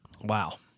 Wow